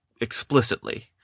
explicitly